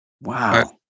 Wow